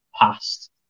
past